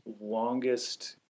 longest